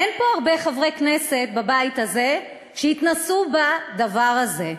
אין פה הרבה חברי כנסת בבית הזה שהתנסו בדבר הזה.